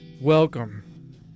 welcome